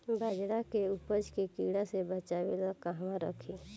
बाजरा के उपज के कीड़ा से बचाव ला कहवा रखीं?